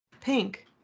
Pink